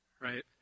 right